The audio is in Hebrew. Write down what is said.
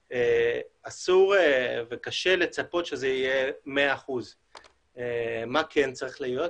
אסור וקשה לצפות שזה יהיה 100%. מה כן צריך להיות?